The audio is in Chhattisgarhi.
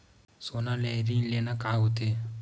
सोना ले ऋण लेना का होथे?